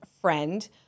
friend